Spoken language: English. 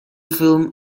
film